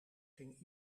ging